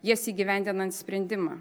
jas įgyvendinant sprendimą